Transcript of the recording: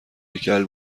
هیکل